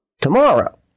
tomorrow